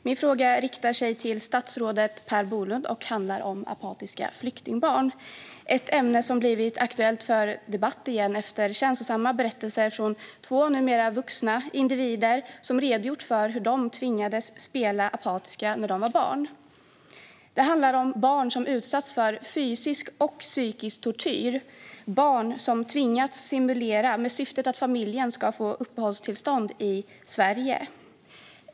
Fru talman! Jag riktar min fråga till statsrådet Per Bolund. Det handlar om apatiska flyktingbarn. Det är ett ämne som har blivit aktuellt för debatt igen efter att två numera vuxna individer känslosamt redogjort för hur de tvingades spela apatiska när de var barn. Det handlar om barn som utsatts för fysisk och psykisk tortyr, om barn som tvingats simulera. Syftet var att familjen skulle få uppehållstillstånd i Sverige.